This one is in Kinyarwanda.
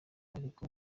ariko